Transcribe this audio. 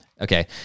Okay